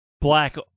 Black